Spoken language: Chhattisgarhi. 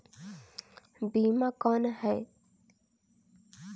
बीमा कौन है?